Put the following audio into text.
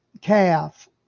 calf